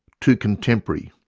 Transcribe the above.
too contemporary,